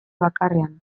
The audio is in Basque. bakarrean